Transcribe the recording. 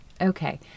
Okay